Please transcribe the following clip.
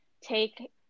take